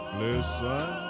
listen